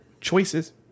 choices